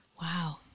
Wow